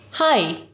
Hi